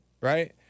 Right